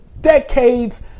decades